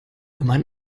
immer